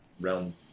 realm